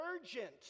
urgent